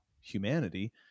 humanity